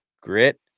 grit